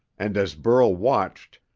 and as burl watched,